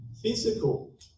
physical